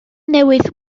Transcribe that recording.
newydd